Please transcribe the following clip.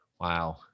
wow